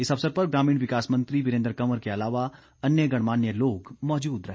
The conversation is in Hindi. इस अवसर पर ग्रामीण विकास मंत्री वीरेन्द्र कंवर के अलावा अन्य गणमान्य लोग मौजूद रहे